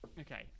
Okay